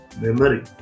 memory